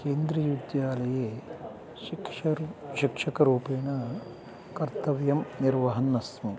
केन्द्रीयविद्यालये शिक्षकः शिक्षकरूपेण कर्तव्यं निर्वहन्नस्मि